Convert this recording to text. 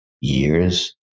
years